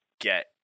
get